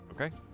okay